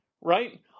right